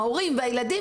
ההורים והילדים,